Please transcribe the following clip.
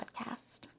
podcast